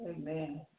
Amen